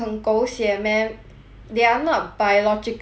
they are not biologically bro~ siblings right